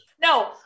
No